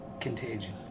Contagion